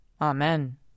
Amen